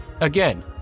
Again